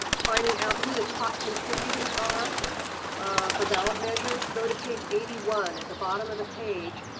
finding out who the top contributors are for ballot measures, go to page eighty one at the bottom of the page,